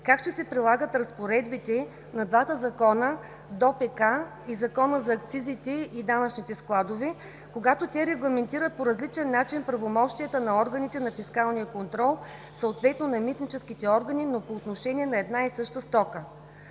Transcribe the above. как ще се прилагат разпоредбите на двата закона – ДОПК, и Закона за акцизите и данъчните складове, когато те регламентират по различен начин правомощията на органите на фискалния контрол, съответно на митническите органи, но по отношение на една и съща стока.